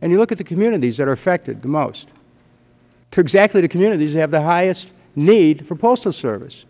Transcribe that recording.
and look at the communities that are affected the most exactly the communities that have the highest need for postal service